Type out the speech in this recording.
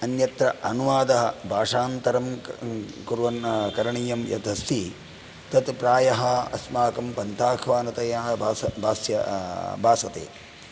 अन्यत्र अनुवादः भाषान्तरं कुर्वन् करणीयं यदस्ति तत् प्रायः अस्माकं पन्ताह्वानतया भास भास्य भासते